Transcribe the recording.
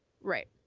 Right